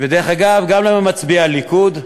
ודרך אגב גם לא ממצביעי הליכוד,